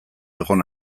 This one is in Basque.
egon